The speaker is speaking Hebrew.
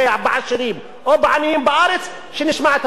לסדר פעם שנייה.